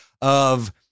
of-